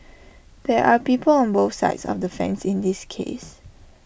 there are people on both sides of the fence in this case